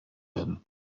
werden